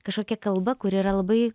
kažkokia kalba kuri yra labai